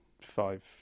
five